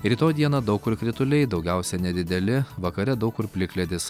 rytoj dieną daug kur krituliai daugiausia nedideli vakare daug kur plikledis